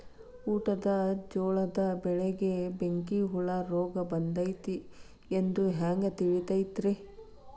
ಊಟದ ಜೋಳದ ಬೆಳೆಗೆ ಬೆಂಕಿ ಹುಳ ರೋಗ ಬಂದೈತಿ ಎಂದು ಹ್ಯಾಂಗ ತಿಳಿತೈತರೇ?